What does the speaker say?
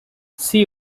see